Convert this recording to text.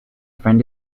friend